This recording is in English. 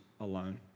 alone